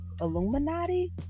Illuminati